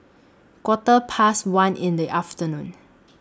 Quarter Past one in The afternoon